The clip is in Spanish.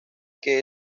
que